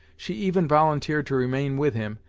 she even volunteered to remain with him,